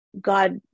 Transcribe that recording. God